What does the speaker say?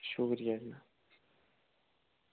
शुक्रिया जनाब